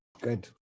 good